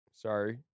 sorry